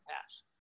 pass